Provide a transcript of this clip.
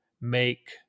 make